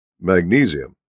Magnesium